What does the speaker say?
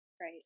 right